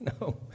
No